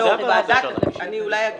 אני אסביר.